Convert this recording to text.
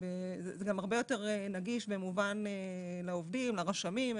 זה גם הרבה יותר נגיש ומובן לעובדים, לרשמים.